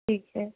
ठीक है हाँ